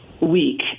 week